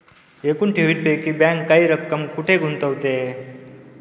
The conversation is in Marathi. एकूण ठेवींपैकी बँक काही रक्कम कुठे गुंतविते?